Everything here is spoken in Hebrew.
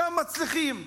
שם מצליחים.